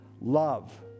Love